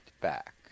back